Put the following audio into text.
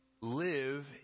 live